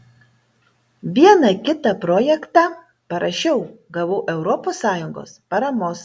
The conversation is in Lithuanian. vieną kitą projektą parašiau gavau europos sąjungos paramos